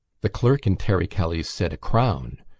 the clerk in terry kelly's said a crown!